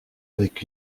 avec